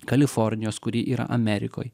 kalifornijos kuri yra amerikoj